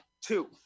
two